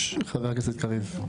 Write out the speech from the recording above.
חבר הכנסת קריב.